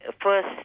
first